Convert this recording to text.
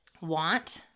want